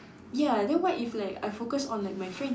ya then what if like I focus on like my friends